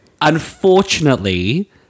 unfortunately-